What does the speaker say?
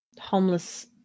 homeless